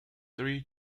three